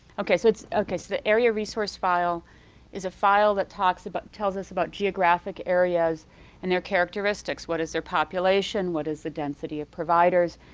okay, so it's okay, so the area of resource file is a file that talks about tells us about geographic areas and their characteristics, what is their population, what is the density of providers.